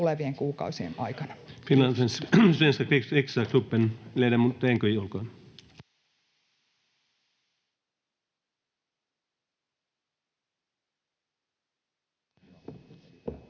tulevien kuukausien aikana.